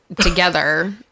together